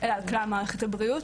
אלא על כלל מערכת הבריאות.